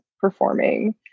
performing